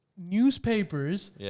newspapers